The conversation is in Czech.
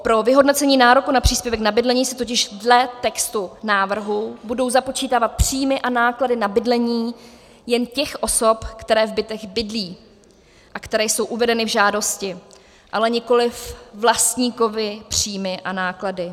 Pro vyhodnocení nároku na příspěvek na bydlení se totiž dle textu návrhu budou započítávat příjmy a náklady na bydlení jen těch osob, které v bytech bydlí a které jsou uvedeny v žádosti, ale nikoliv vlastníkovy příjmy a náklady.